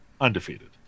Undefeated